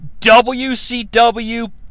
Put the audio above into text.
WCW